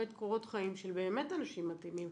קורות חיים של באמת אנשים מתאימים.